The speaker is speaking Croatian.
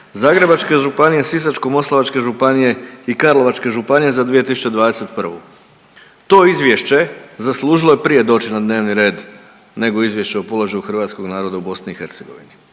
Zagrebačke županije, Sisačko-moslavačke županije i Karlovačke županije za 2021.. To izvješće zaslužilo je prije doći na dnevni red nego izvješće o položaju hrvatskog naroda u BiH